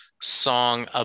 song